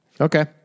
Okay